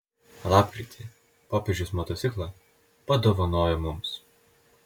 lapkritį popiežius motociklą padovanojo mums